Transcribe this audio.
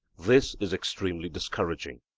this is extremely discouraging.